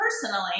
personally